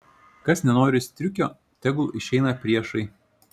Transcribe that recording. kas nenori striukio tegul išeina priešai